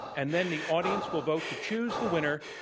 and then the audience will vote to choose the winner,